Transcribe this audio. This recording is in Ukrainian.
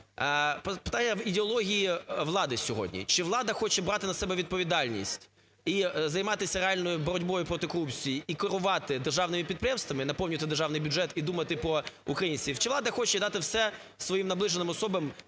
Питання в ідеології влади сьогодні: чи влада хоче брати на себе відповідальність і займатися реальною боротьбою проти корупції, і керувати державними підприємствами, наповнювати державний бюджет і думати про українців, чи влада хоче дати все своїм наближеним особам,